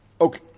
Okay